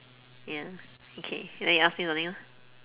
ya okay then you ask me something lor